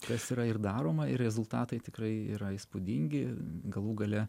kas yra ir daroma ir rezultatai tikrai yra įspūdingi galų gale